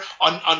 On